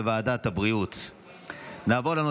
לוועדת הבריאות נתקבלה.